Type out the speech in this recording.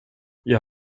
jag